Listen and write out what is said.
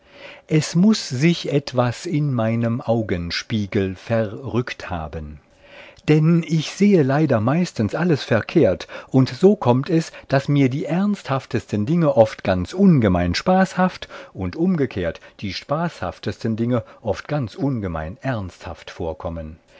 es muß sich etwas in meinem augenspiegel verrückt haben denn ich sehe leider meistens alles verkehrt und so kommt es daß mir die ernsthaftesten dinge oft ganz ungemein spaßhaft und umgekehrt die spaßhaftesten dinge oft ganz ungemein ernsthaft vorkommen